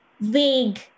vague